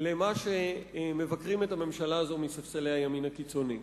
למה שמבקרים את הממשלה הזאת מספסלי הימין הקיצוני.